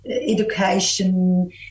education